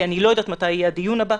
כי אני לא יודעת מתי יהיה הדיון הבא,